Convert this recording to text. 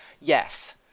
Yes